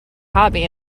hobby